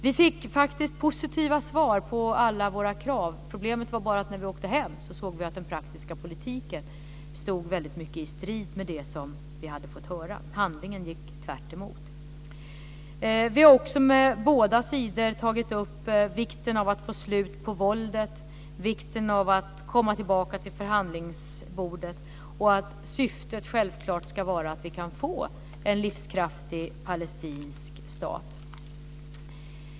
Vi fick faktiskt positiva svar på alla våra krav. Problemet vara bara att när vi åkte hem såg vi att den praktiska politiken stod väldigt mycket i strid med det som vi hade fått höra - handlingen gick tvärtemot. Vi har också med båda sidor tagit upp vikten av att få slut på våldet, vikten av att komma tillbaka till förhandlingsbordet och att syftet självklart ska vara en livskraftig palestinsk stat.